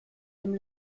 dem